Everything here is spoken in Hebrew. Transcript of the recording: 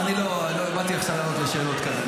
אני לא באתי עכשיו לענות לשאלות כאן.